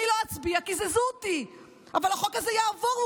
אני לא אצביע, קיזזו אותי, אבל החוק הזה יעבור.